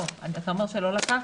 לא, אתה אומר שלא לקחתי.